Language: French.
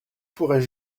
pourrais